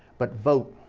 but vote.